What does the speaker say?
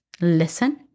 listen